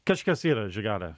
kažkas yra žigarė